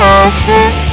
ashes